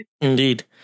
Indeed